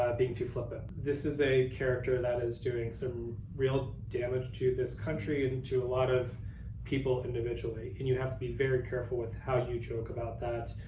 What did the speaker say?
ah being too flippant. this is a character that is doing some real damage to this country, and to a lot of people individually, and you have to be very careful with how you joke about that.